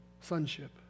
sonship